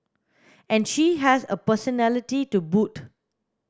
and she has a personality to boot